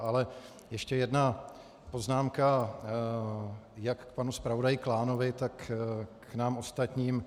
Ale ještě jedna poznámka jak k panu zpravodaji Klánovi, tak k nám ostatním.